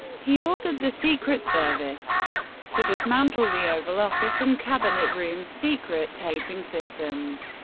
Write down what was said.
he ordered the secret service to dismantle the oval office and cabinet room's secret taping systems.